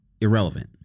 irrelevant